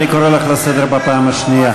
אני קורא אותך לסדר בפעם השנייה.